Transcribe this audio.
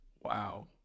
Wow